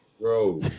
Bro